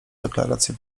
deklarację